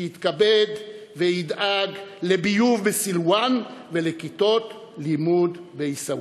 שיתכבד וידאג לביוב בסילואן ולכיתות לימוד בעיסאוויה.